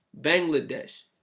Bangladesh